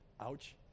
Ouch